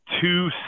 two